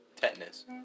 tetanus